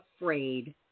afraid